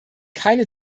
keine